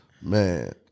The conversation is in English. man